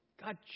God